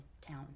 town